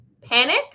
panic